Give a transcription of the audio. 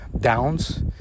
downs